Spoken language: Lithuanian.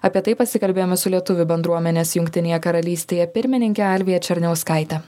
apie tai pasikalbėjome su lietuvių bendruomenės jungtinėje karalystėje pirmininke alvija černiauskaite